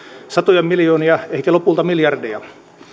satoja miljoonia ehkä lopulta miljardeja